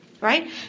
Right